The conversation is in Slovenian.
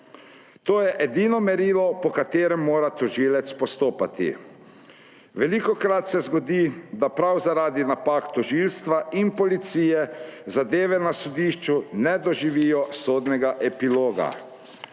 To je edino merilo, po katerem mora tožilec postopati. Velikokrat se zgodi, da prav zaradi napak tožilstva in policije zadeve na sodišču ne doživijo sodnega epiloga.